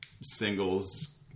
singles